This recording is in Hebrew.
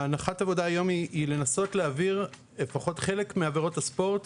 הנחת העבודה היום היא לנסות להעביר לפחות חלק מעבירות הספורט,